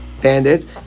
Bandits